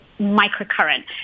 microcurrent